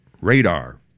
radar